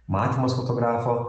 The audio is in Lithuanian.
matymas fotografo